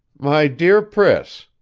my dear priss,